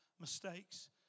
mistakes